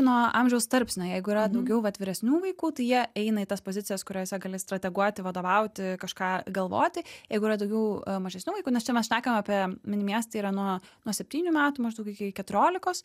nuo amžiaus tarpsnio jeigu yra daugiau atviresnių vaikų tai jie eina į tas pozicijas kuriose gali strateguoti vadovauti kažką galvoti jeigu yra daugiau mažesnių vaikų nes čia mes šnekam apie mini miestai yra nuo nuo septynių metų maždaug iki keturiolikos